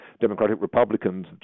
Democratic-Republicans